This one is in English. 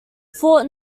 fort